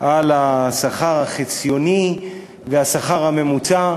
על השכר החציוני והשכר הממוצע.